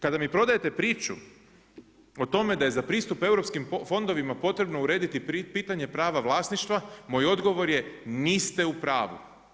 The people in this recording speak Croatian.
Kada mi prodajete priču o tome da je za pristup europskim fondovima potrebno urediti pitanje prava vlasništva, moj odgovor je niste u pravu.